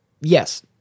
yes